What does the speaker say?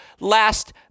Last